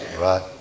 right